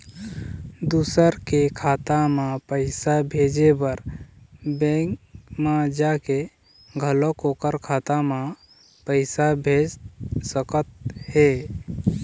दूसर के खाता म पइसा भेजे बर बेंक म जाके घलोक ओखर खाता म पइसा भेज सकत हे